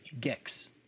Gex